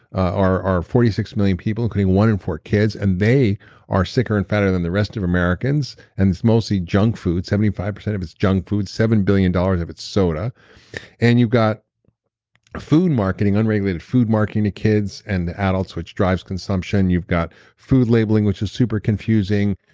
are are forty six million people, including one in four kids. and they are sicker and fatter than the rest of americans, and it's mostly junk foods. seventy five percent of its junk food. seven billion dollars of its soda and you've got food marketing, unregulated food marketing to kids and to adults, which drives consumption. you've got food labeling, which is super confusing.